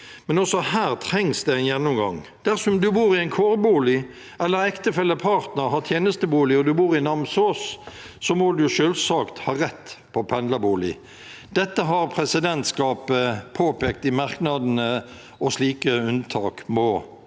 men også her trengs det en gjennomgang. Dersom du bor i en kårbolig eller ektefelle/partner har tjenestebolig og du bor i Namsos, må du selvsagt ha rett på pendlerbolig. Dette har presidentskapet påpekt i merknadene, og slike unntak må